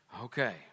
Okay